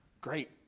Great